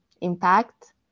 impact